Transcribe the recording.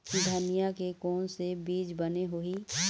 धनिया के कोन से बीज बने होही?